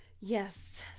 Yes